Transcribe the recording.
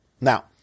Now